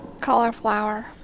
cauliflower